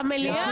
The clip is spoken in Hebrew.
במליאה?